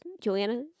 Joanna